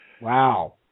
Wow